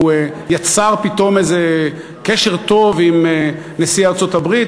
הוא יצר פתאום איזה קשר טוב עם נשיא ארצות-הברית,